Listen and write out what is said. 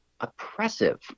oppressive